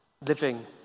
living